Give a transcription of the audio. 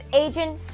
agent